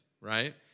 right